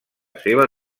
seva